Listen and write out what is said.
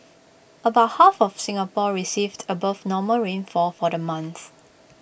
about half of Singapore received above normal rainfall for the month